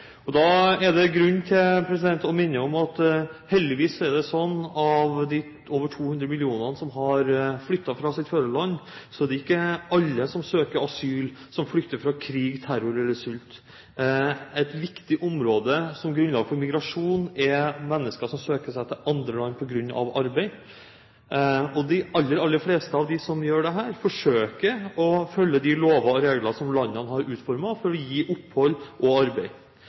flyktningpolitikk. Da er det grunn til å minne om at heldigvis er det slik at av de 200 millioner menneskene som har flyttet fra sitt fødeland, er det ikke alle som søker asyl, som flykter fra krig, terror eller sult. Et viktig område som grunnlag for migrasjon er mennesker som søker seg til andre land på grunn av arbeid, og de aller fleste som gjør det, forsøker å følge de lover og regler som landene har utformet for å gi opphold og arbeid.